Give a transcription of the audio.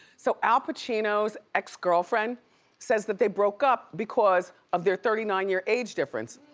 so al pacino's ex-girlfriend says that they broke up because of their thirty nine year age difference.